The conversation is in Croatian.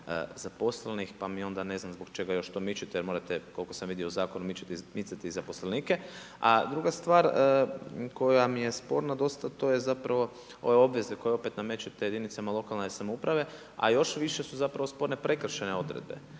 zaposlenih, pa ja onda ne znam zbog čega još to mičete, jer morate, koliko sam vidio u zakon, micati i zaposlenike. A druga stvar, koja mi je sporna, to je zapravo ova obveze koje opet namećete jedinicama lokalne samouprave a još više su sporno prekršajne odredbe,